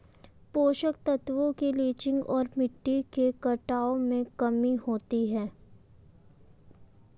पोषक तत्वों की लीचिंग और मिट्टी के कटाव में कमी होती है